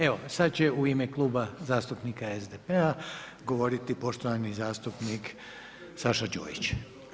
Evo sada će u ime Kluba zastupnika SDP-a govoriti poštovani zastupnik Saša Đujić.